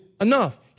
enough